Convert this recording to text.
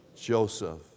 Joseph